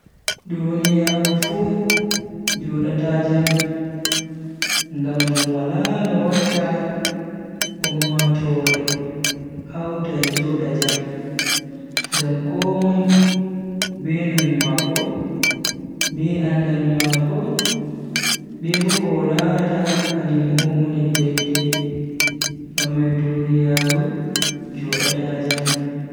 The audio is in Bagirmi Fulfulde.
Duniyaaru fu jodata jam, ngam wala no watta ummatoore hauta joda jam, ngam komoi be numo mako be andal mako be bo ko o larata kanjum on woni dai-dai. Ngam mai duniyaaru jodata jam.